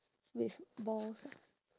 with balls ah